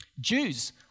Jews